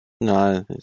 No